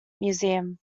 museum